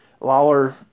Lawler